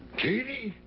katie!